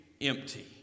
empty